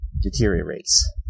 deteriorates